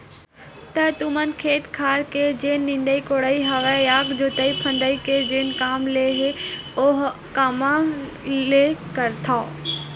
त तुमन खेत खार के जेन निंदई कोड़ई हवय या जोतई फंदई के जेन काम ल हे ओ कामा ले करथव?